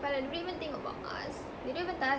but they don't even think about us they don't even tell us